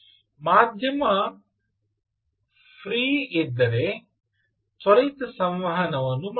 ಮಾಧ್ಯಮ ಫ್ರೀ ಇದ್ದರೆ ತ್ವರಿತ ಸಂವಹನವನ್ನು ಮಾಡಬಹುದು